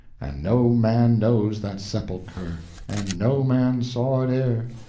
and no man knows that sepulcher, and no man saw it e'er,